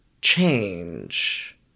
change